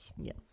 Yes